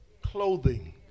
clothing